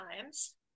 times